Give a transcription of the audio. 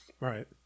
right